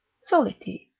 soliti